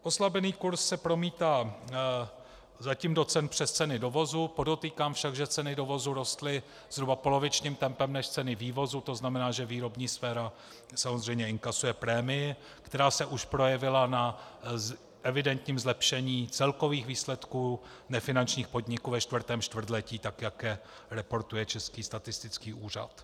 Oslabený kurz se promítá přes ceny dovozu, podotýkám však, že ceny dovozu rostly zhruba polovičním tempem než ceny vývozu, tzn. že výrobní sféra samozřejmě inkasuje prémii, která se už projevila na evidentním zlepšení celkových výsledků nefinančních podniků ve čtvrtém čtvrtletí tak, jak je reportuje Český statistický úřad.